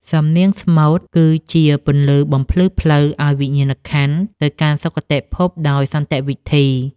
សំនៀងស្មូតគឺជាពន្លឺបំភ្លឺផ្លូវឱ្យវិញ្ញាណក្ខន្ធទៅកាន់សុគតិភពដោយសន្តិវិធី។